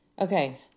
Okay